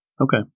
Okay